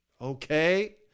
okay